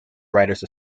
writers